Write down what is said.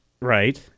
Right